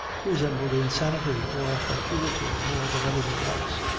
resembled insanity or fatuity more than anything else.